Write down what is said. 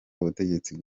ubutegetsi